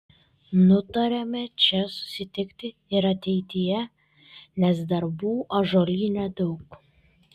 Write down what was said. nutarėme čia susitikti ir ateityje nes darbų ąžuolyne daug